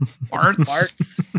Barts